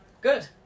Good